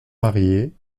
mariée